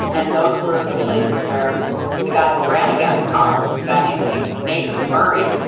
and those were the places where the guy who ran against collins, this guy named nate, nate mcmurry,